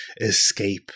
escape